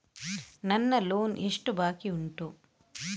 ನನ್ನ ಲೋನ್ ಎಷ್ಟು ಬಾಕಿ ಉಂಟು?